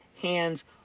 hands